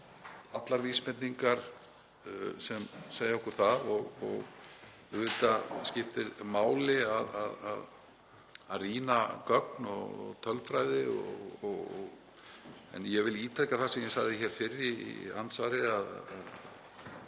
allar vísbendingar segja okkur það. Auðvitað skiptir máli að rýna gögn og tölfræði en ég vil ítreka það sem ég sagði hér fyrr í andsvari að